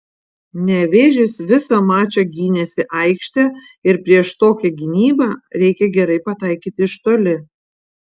nevėžis visą mačą gynėsi aikšte ir prieš tokią gynybą reikia gerai pataikyti iš toli